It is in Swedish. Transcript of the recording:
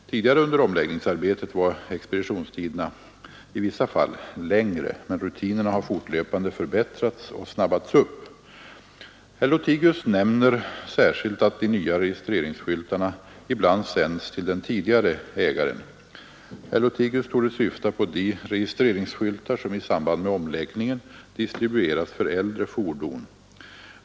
Tidigare under omläggningsarbetet var expeditionstiderna i vissa fall längre, men rutinerna har fortlöpande förbättrats och snabbats upp. Herr Lothigius nämner särskilt att de nya registreringsskyltarna ibland sänds till den tidigare ägaren. Herr Lothigius torde syfta på de registreringsskyltar som i samband med omläggningen distribueras för äldre fordon.